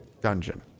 dungeon